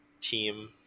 Team